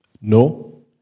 no